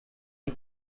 die